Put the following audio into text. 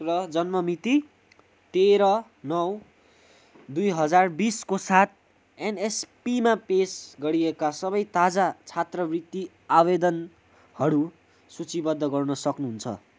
र जन्म मिति तेह्र नौ दुई हजार बिसको साथ एनएसपीमा पेस गरिएका सबै ताजा छात्रवृत्ति आवेदनहरू सूचीबद्ध गर्न सक्नुहुन्छ